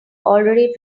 already